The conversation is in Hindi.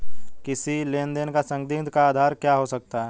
किसी लेन देन का संदिग्ध का आधार क्या हो सकता है?